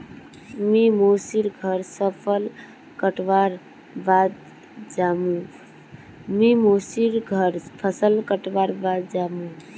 मी मोसी र घर फसल कटवार बाद जामु